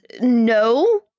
No